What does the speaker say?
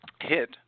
hit